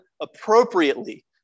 appropriately